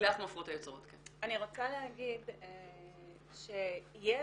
אני רוצה להגיד שיש,